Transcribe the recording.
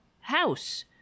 house